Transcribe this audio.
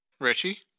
Richie